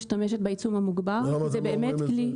משתמשת בעיצום המוגבר כי זה באמת כלי --- למה אתם לא אומרים את זה?